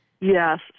Yes